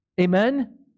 Amen